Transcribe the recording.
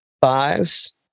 fives